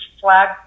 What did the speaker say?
flag